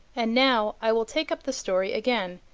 and now i will take up the story again,